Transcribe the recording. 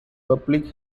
public